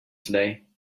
today